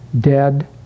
dead